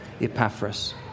Epaphras